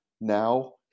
now